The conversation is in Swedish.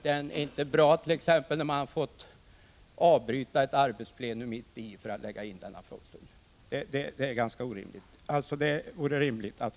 Det är t.ex. inte bra att man har fått avbryta arbetsplenum för att mitt i detta lägga in en frågestund — det är ganska orimligt.